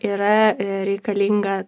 yra reikalinga